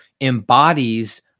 embodies